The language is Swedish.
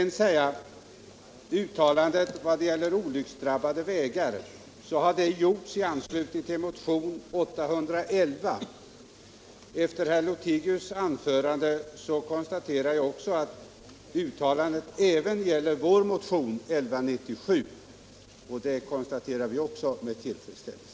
Uttalandet om olycksdrabbade vägar har gjorts i anslutning till motion 811. Efter herr Lothigius anförande konstaterar jag att uttalandet även gäller vår motion nr 1197. Det konstaterar vi också med tillfredsställelse.